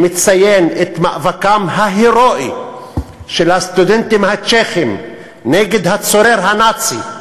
שמציין את מאבקם ההירואי של הסטודנטים הצ'כים נגד הצורר הנאצי,